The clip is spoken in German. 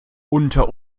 unter